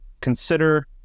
consider